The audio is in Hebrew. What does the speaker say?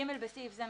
(ג)בסעיף זה,